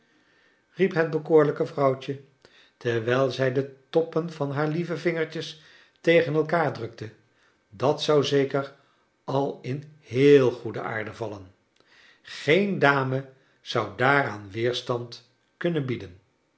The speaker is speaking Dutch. riep het bekoorlijke vrouwtje terwijl zij de toppen van haar lieve vingertjes tegen elkaar drukte dat zou zeker al in heel goede aarde vallen geen dame zou daaraan weerstand kunnen bieden